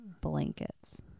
Blankets